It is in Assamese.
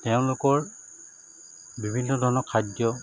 তেওঁলোকৰ বিভিন্ন ধৰণৰ খাদ্য